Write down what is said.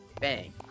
Bang